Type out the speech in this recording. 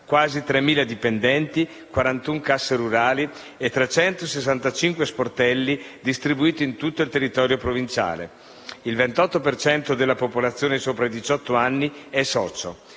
quasi 3.000 dipendenti, 41 casse rurali e 365 sportelli distribuiti in tutto il territorio provinciale. Il 28 per cento della popolazione sopra i diciotto anni è socio,